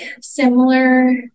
similar